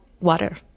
water